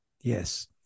yes